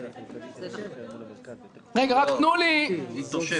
רק תנו לי לסיים.